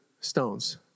stones